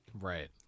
right